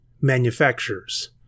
manufacturers